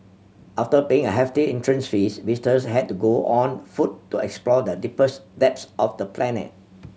after paying a hefty entrance fee visitors had to go on foot to explore the deepest depths of the planet